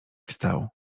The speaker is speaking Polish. wstał